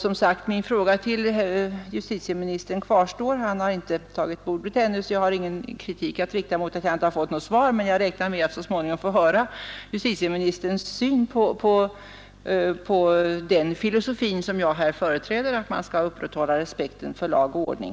Min fråga till justitieministern kvarstår. Han har inte tagit till orda ännu, och jag kan därför inte rikta någon kritik mot honom, för att jag inte fått något svar, men jag räknar med att så småningom få höra hur justitieministern ser på den filosofi som jag här företräder, dvs. den att man skall upprätthålla respekten för lag och ordning.